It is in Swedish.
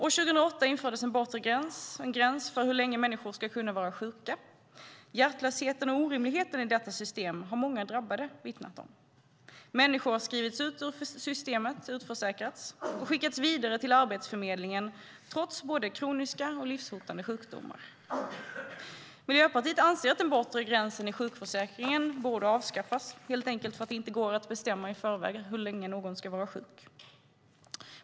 År 2008 infördes en bortre gräns, en gräns för hur länge människor ska kunna vara sjuka. Hjärtlösheten och orimligheten i detta system har många drabbade vittnat om. Människor har skrivits ut ur systemet, utförsäkrats, och skickats vidare till Arbetsförmedlingen trots både kroniska och livshotande sjukdomar. Miljöpartiet anser att den bortre gränsen i sjukförsäkringen borde avskaffas, helt enkelt därför att det inte går att bestämma i förväg hur länge en människa ska vara sjuk.